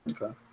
Okay